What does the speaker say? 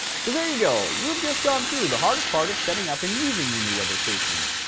so there you go, you have just gone through the hardest part of setting up and using your new weather station.